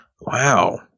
wow